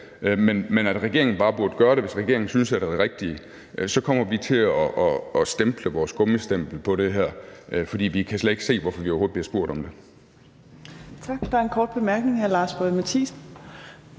men at regeringen burde gøre det, hvis regeringen synes, at det er det rigtige, kommer vi til at sætte vores gummistempel på det her. For vi kan slet ikke se, hvorfor vi overhovedet bliver spurgt om det.